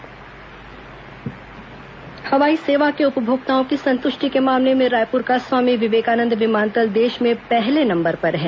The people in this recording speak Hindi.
रायपुर विमानतल हवाई सेवा के उपभोक्ताओं की संतुष्टि के मामले में रायपुर का स्वामी विवेकानंद विमानतल देश में पहले नंबर पर है